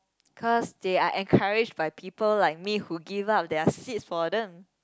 cause they are encouraged by people like me who give up their seats for them